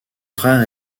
frère